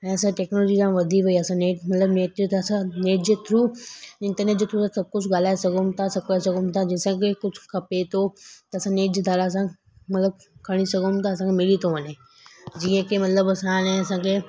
ऐं असां टेक्नोलॉजी जाम वधी वई आहे असां नेट मतिलबु नेट ते असां नेट जे थ्रू इंटरनेट जे थ्रू कुझु ॻाल्हाए सघूं था सभु करे सघूं था जेसां की कुझु खपे थो त नेट जे द्वारा असां मतिलबु खणी सघूं था असांखे मिली थो वञे जीअं की मतिलबु असां हाणे असांखे